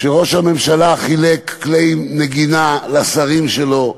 ראש הממשלה חילק כלי נגינה לשרים שלו: